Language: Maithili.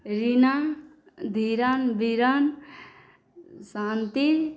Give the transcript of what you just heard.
रीना धीरन बीरन शान्ति